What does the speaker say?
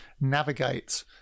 navigate